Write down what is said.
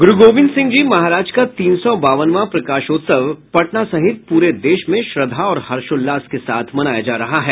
गुरू गोविंद सिंह जी महाराज का तीन सौ बावनवां प्रकाशोत्सव पटना सहित पूरे देश में श्रद्धा और हर्षोल्लास के साथ मनाया जा रहा है